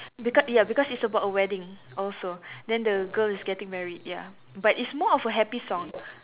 because ya because it's about a wedding also then the girl is getting married ya but it's more of a happy song